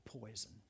poison